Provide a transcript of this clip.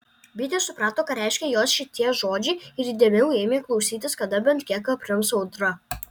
bitė suprato ką reiškia jos šitie žodžiai ir įdėmiau ėmė klausytis kada bent kiek aprims audra